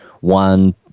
one